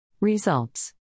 Results